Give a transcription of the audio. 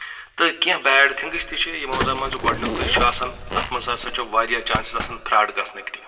تہٕ کینٛہہ bad things تہِ چھِ یِمو زَن منٛز گۄڈنیُکٕے چھُ آسان اَتھ منٛز ہسا چھُ واریاہ چانس آسَان فراڈ گژھنِکۍ تہِ